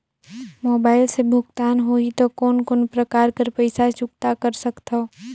Mobile से भुगतान होहि त कोन कोन प्रकार कर पईसा चुकता कर सकथव?